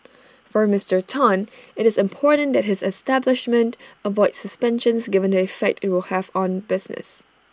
for Mister Tan IT is important that his establishment avoids suspensions given the effect IT will have on business